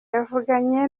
yavuganye